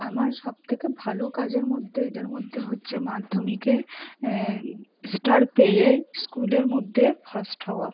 আমার সব থেকে ভালো কাজের মধ্যে এদের মধ্যে হচ্ছে মাধ্যমিকে স্টার পেয়ে স্কুলের মধ্যে ফার্স্ট হওয়া